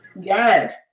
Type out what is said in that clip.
Yes